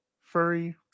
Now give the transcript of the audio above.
Furry